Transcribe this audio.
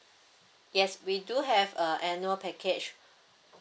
yes we do have a annual package